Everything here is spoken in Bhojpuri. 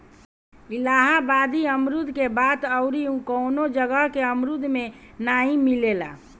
इलाहाबादी अमरुद के बात अउरी कवनो जगह के अमरुद में नाइ मिलेला